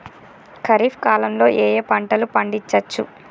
ఖరీఫ్ కాలంలో ఏ ఏ పంటలు పండించచ్చు?